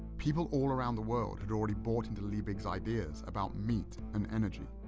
people all around the world had already bought into liebig's ideas about meat and energy.